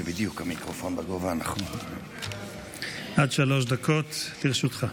בבקשה, עד שלוש דקות לרשותך.